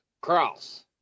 cross